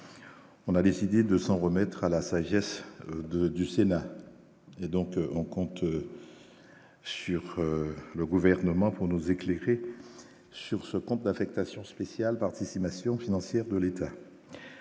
On a décidé de s'en remettre à la sagesse de du Sénat et donc on compte sur le gouvernement pour nous éclairer sur ce qu'on peut d'affectation spéciale participation financière de l'État.